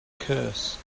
curse